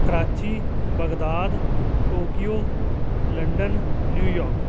Karachi Baghdad Tokyo London New York